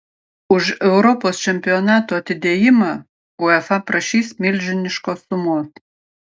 už europos čempionato atidėjimą uefa prašys milžiniškos sumos